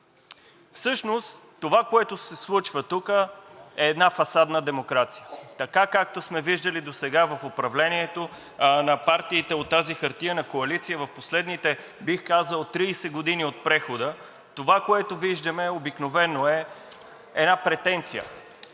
Всъщност това, което се случва тук, е една фасадна демокрация, така, както сме виждали досега в управлението на партиите от тази хартиена коалиция в последните, бих казал, 30 години от прехода. Това, което виждаме, обикновено е една претенция.